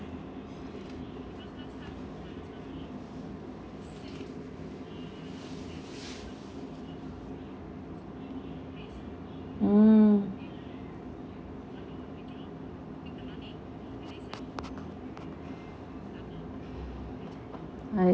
mm I